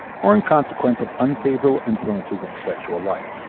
or in consequence of unfavorable influences of the sexual life